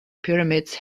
pyramids